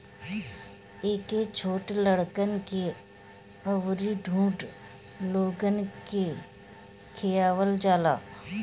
एके छोट लइकन के अउरी बूढ़ लोगन के खियावल जाला